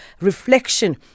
reflection